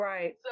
Right